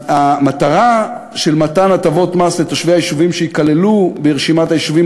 המטרה של מתן הטבות מס לתושבי היישובים שייכללו ברשימת היישובים